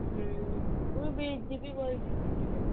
ହୁଁ ହୁଁ ମୁଁ ବି ଯିବି ବୋଲି